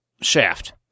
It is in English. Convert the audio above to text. Shaft